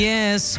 Yes